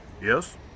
Yes